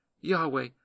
Yahweh